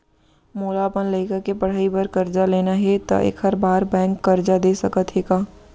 मोला अपन लइका के पढ़ई बर करजा लेना हे, त एखर बार बैंक करजा दे सकत हे का?